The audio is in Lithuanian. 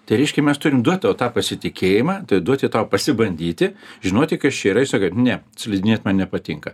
tai reiškia mes turim duot tau tą pasitikėjimą tai duoti tau pasibandyti žinoti kas čia yra kad ne slidinėt man nepatinka